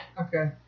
Okay